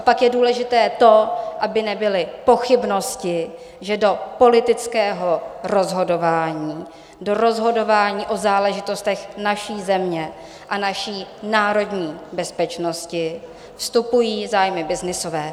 Pak je důležité to, aby nebyly pochybnosti, že do politického rozhodování, do rozhodování o záležitostech naší země a naší národní bezpečnosti, nevstupují zájmy byznysové.